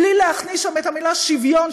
בלי להכניס שם את המילה שוויון,